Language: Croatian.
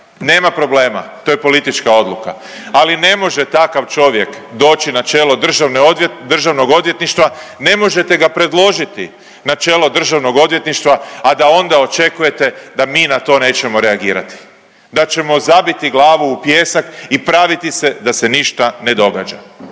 nema problema to je politička odluka, ali ne možete takav čovjek doći na čelo državnog odvjetništva, ne možete ga predložiti na čelo državnog odvjetništva, a da onda očekujete da mi na to nećemo reagirati, da ćemo zabiti glavu u pijesak i praviti se da se ništa ne događa.